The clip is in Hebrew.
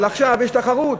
אבל עכשיו יש תחרות.